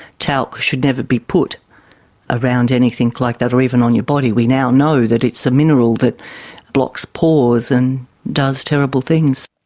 talc should never be put around anything like that or even on your body. we now know that it's a mineral that blocks pores and does terrible things.